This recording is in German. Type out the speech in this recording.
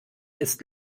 ist